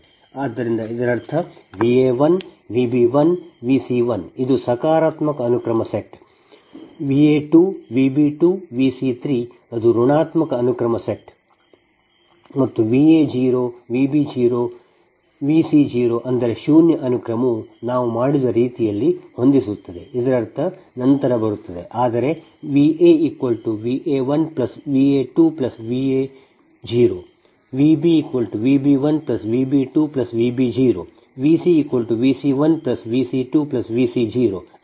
ಆದ್ದರಿಂದ ಇದರರ್ಥ V a1 V b1 V c1 ಇದು ಸಕಾರಾತ್ಮಕ ಅನುಕ್ರಮ set V a2 V b2 V c3 ಅದು ಋಣಾತ್ಮಕ ಅನುಕ್ರಮ ಸೆಟ್ ಮತ್ತು V a0 V b0 V c0 ಅಂದರೆ ಶೂನ್ಯ ಅನುಕ್ರಮವು ನಾವು ಮಾಡಿದ ರೀತಿಯಲ್ಲಿ ಹೊಂದಿಸುತ್ತದೆ ಇದರರ್ಥ ನಂತರ ಬರುತ್ತದೆ ಆದರೆ VaVa1Va2Va0 VbVb1Vb2Vb0VcVc1Vc2Vc0